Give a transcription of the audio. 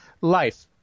life